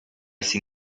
sin